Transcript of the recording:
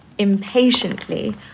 impatiently